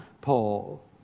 Paul